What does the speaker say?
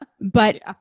but-